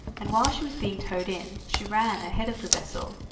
and while she was being towed in she ran ahead of the vessel,